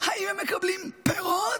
האם הם מקבלים פירות?